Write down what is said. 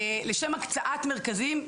לשם הקצאת מרכזים,